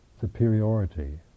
superiority